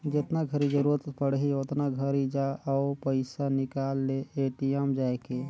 जेतना घरी जरूरत पड़ही ओतना घरी जा अउ पइसा निकाल ले ए.टी.एम जायके